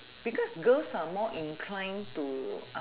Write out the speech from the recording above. because girls are more inclined to